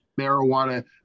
marijuana